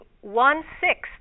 one-sixth